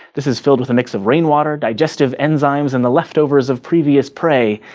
this is filled with a mix of rainwater, digestive enzymes and the leftovers of previous prey.